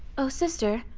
oh, sister,